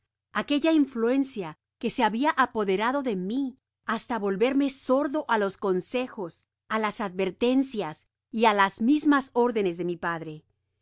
aquella influencia que se habia apoderado de mi hasta volverme sordo á los consejos á las advertencias y k las mismas órdenes de mi padre